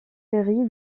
péri